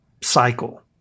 cycle